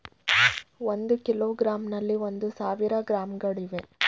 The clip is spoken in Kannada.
ಒಂದು ಕಿಲೋಗ್ರಾಂನಲ್ಲಿ ಒಂದು ಸಾವಿರ ಗ್ರಾಂಗಳಿವೆ